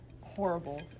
horrible